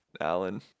Alan